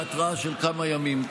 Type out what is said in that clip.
בהתראה של כמה ימים.